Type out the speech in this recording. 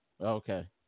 Okay